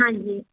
ਹਾਂਜੀ